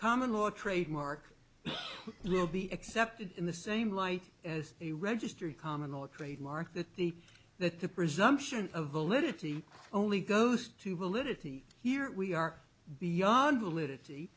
common law trademark will be accepted in the same light as a registered common law trademark that the that the presumption of validity only goes to realty here we are beyond validity